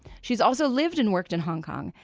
she's also lived and worked in hong kong,